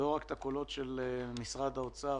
לא רק את הקולות של משרד האוצר,